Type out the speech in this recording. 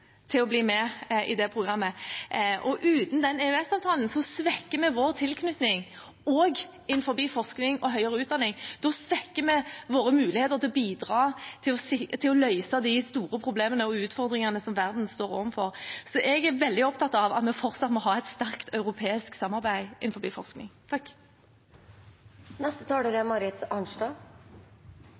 til å bli med i det programmet. Uten den EØS-avtalen svekker vi vår tilknytning også innenfor forskning og høyere utdanning. Da svekker vi våre muligheter til å bidra til å løse de store problemene og utfordringene som verden står overfor. Så jeg er veldig opptatt av at vi fortsatt må ha et sterkt europeisk samarbeid innenfor forskning. Det er svært lett å være enig i at forskning er